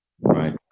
right